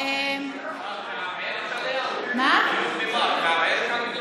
את מערערת על מגילת העצמאות?